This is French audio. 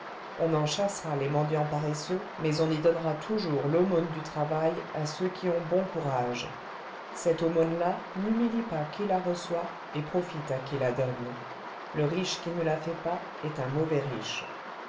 on en chassera les mendiants paresseux mais on y donnera toujours l'aumône du travail à ceux qui ont bon courage cette aumône là n'humilie pas qui la reçoit et profite à qui la donne le riche qui ne la fait pas est un mauvais riche